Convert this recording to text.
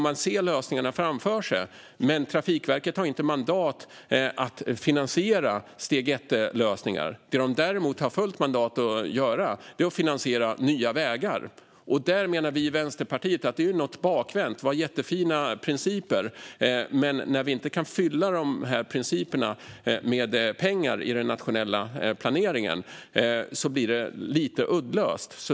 Man ser lösningarna framför sig, men Trafikverket har inte mandat att finansiera steg 1-lösningar. Däremot har Trafikverket ett fullt mandat att finansiera nya vägar. Vi i Vänsterpartiet menar att detta är bakvänt. Vi har jättefina principer, men när vi inte kan fylla principerna med pengar i den nationella planeringen blir det lite uddlöst.